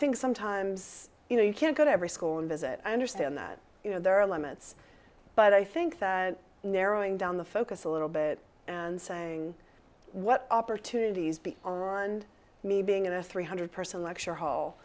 think sometimes you know you can't go to every school and visit i understand that you know there are limits but i think that narrowing down the focus a little bit and saying what opportunities are on me being in a three hundred person lecture hall